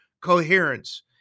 coherence